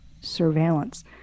surveillance